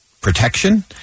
protection